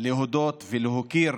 להודות ולהוקיר